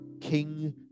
King